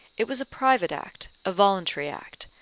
it was a private act, a voluntary act,